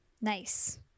Nice